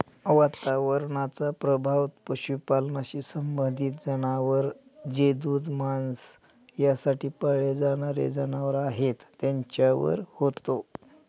वातावरणाचा प्रभाव पशुपालनाशी संबंधित जनावर जे दूध, मांस यासाठी पाळले जाणारे जनावर आहेत त्यांच्यावर होतो